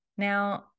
Now